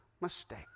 mistake